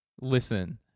Listen